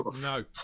No